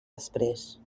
després